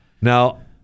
Now